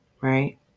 right